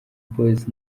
boyz